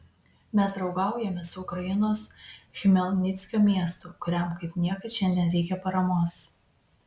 mes draugaujame su ukrainos chmelnickio miestu kuriam kaip niekad šiandien reikia paramos